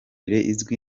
izwi